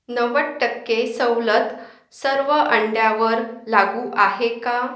नव्वद टक्के सवलत सर्व अंड्यावर लागू आहे का